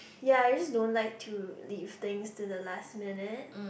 ya you just don't like to leave things to the last minute